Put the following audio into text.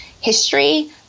history